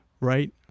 right